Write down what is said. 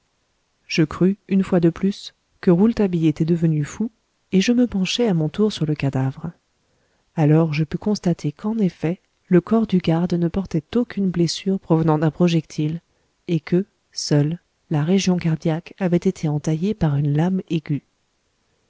je crus une fois de plus que rouletabille était devenu fou et je me penchai à mon tour sur le cadavre alors je pus constater qu'en effet le corps du garde ne portait aucune blessure provenant d'un projectile et que seule la région cardiaque avait été entaillée par une lame aiguë